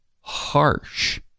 harsh